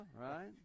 right